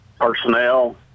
personnel